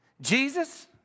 Jesus